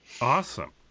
Awesome